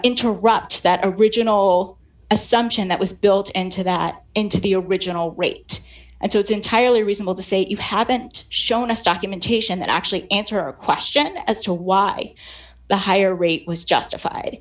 interrupt that original assumption that was built into that into the original rate and so it's entirely reasonable to say that you haven't shown us documentation that actually answer a question as to why the higher rate was justified